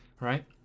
right